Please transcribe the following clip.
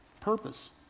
Purpose